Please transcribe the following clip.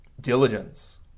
diligence